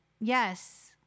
Yes